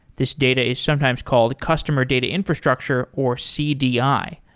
this data is sometimes called customer data infrastructure or cdi.